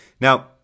Now